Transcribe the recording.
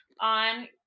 on